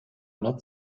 not